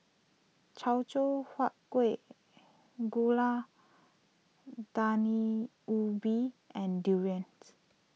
Teochew Huat Kuih Gulai Daun Ubi and Durians